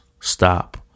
stop